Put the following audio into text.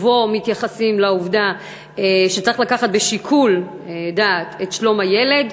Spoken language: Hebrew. ובו מתייחסים לעובדה שצריך לבחון בשיקול דעת את שלום הילד,